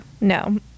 No